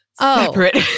separate